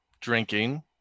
drinking